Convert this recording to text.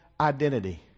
identity